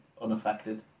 unaffected